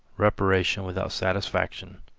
reparation without satisfaction.